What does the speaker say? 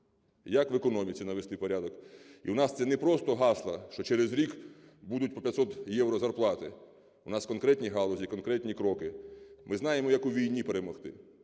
як в економіці навести порядок. І у нас це не просто гасла, що через рік будуть по 500 євро зарплати, у нас конкретні галузі, конкретні кроки. Ми знаємо як у війні перемогти,